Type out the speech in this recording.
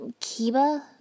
Kiba